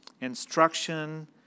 instruction